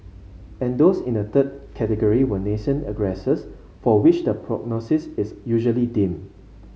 and those in a third category were nascent aggressors for which the prognosis is usually dim